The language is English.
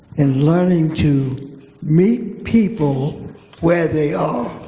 in learning to meet people where they are,